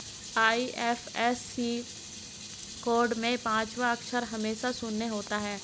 IFSC code में पांचवा अक्षर हमेशा शून्य होता है